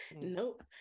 nope